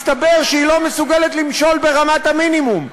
מסתבר שהיא לא מסוגלת למשול ברמת המינימום.